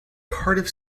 cardiff